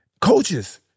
coaches